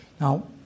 Now